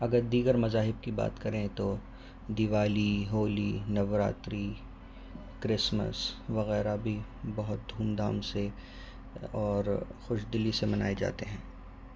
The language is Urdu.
اگر دیگر مذاہب کی بات کریں تو دیوالی ہولی نوراتری کرسمس وغیرہ بھی بہت دھوم دھام سے اور خوش دلی سے منائے جاتے ہیں